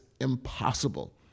impossible